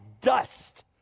dust